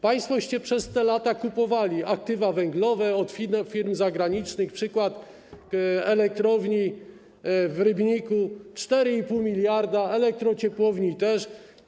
Państwo żeście przez te lata kupowali aktywa węglowe od firm zagranicznych - przykład elektrowni w Rybniku, 4,5 mld, elektrociepłowni też.